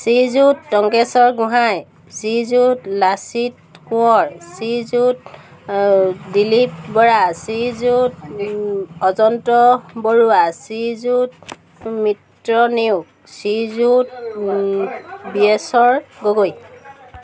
Srijut Tonkeswar Gohain Srijut Lachit Konwar Srijut Dilip Bora Srijut Ajanta Baruah Srijut Mitra Neog Srijut Bireswar Gogoi